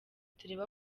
turebe